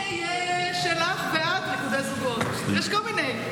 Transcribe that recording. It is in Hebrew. היא ראתה שלא הכניסו אותו למקומות, סליחה,